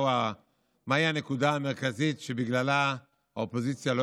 מהי הנקודה המרכזית שבגללה האופוזיציה לא